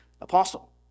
apostle